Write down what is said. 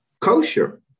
kosher